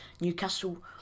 Newcastle